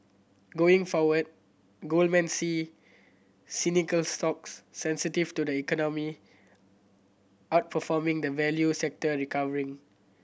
going forward Goldman see cyclical stocks sensitive to the economy outperforming the value sector recovering